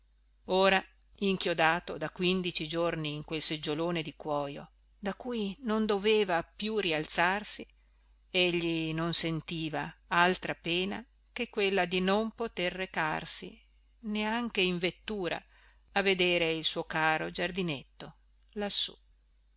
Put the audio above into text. ora inchiodato da quindici giorni in quel seggiolone di cuojo da cui non doveva più rialzarsi egli non sentiva altra pena che quella di non poter recarsi neanche in vettura a vedere il suo caro giardinetto lassù